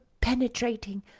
penetrating